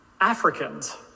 Africans